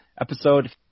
Episode